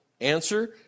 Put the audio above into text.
Answer